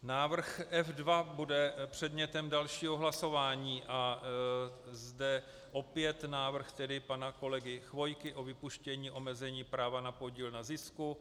Návrh F2 bude předmětem dalšího hlasování a zde opět návrh pana kolegy Chvojky o vypuštění omezení práva na podíl na zisku.